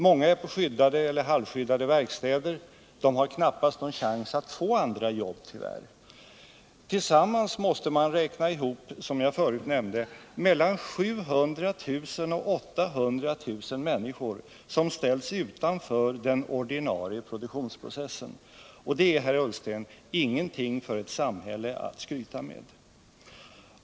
Många är på skyddade och halvskyddade verkstäder, och de har tyvärr knappast någon chans att få andra jobb. Man måste, som jag tidigare nämnde, räkna med att det är mellan 700 000 och 800 000 människor som ställts utanför den ordinarie produktionsprocessen. Det är, herr Ullsten, ingenting för ett samhälle att skryta med.